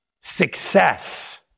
success